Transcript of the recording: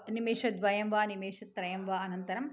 निमेषद्वयं वा निमेषत्रयं वा अनन्तरम्